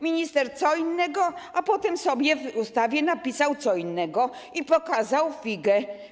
Minister - co innego, a potem sobie w ustawie napisał co innego i pokazał figę.